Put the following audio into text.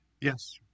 Yes